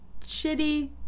shitty